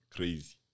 Crazy